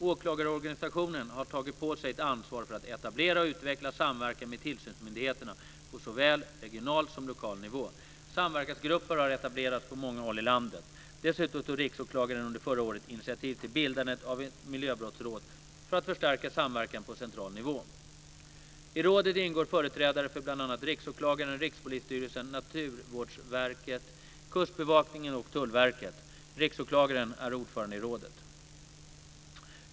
Åklagarorganisationen har tagit på sig ett ansvar för att etablera och utveckla samverkan med tillsynsmyndigheterna på såväl regional som lokal nivå. Samverkansgrupper har etablerats på många håll i landet. Dessutom tog Riksåklagaren under förra året initiativ till bildandet av ett miljöbrottsråd för att förstärka samverkan på central nivå. I rådet ingår företrädare för bl.a. Riksåklagaren, Rikspolisstyrelsen, Naturvårdsverket, Kustbevakningen och Tullverket. Riksåklagaren är ordförande i rådet.